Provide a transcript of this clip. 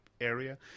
area